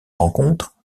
rencontre